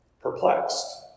perplexed